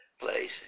place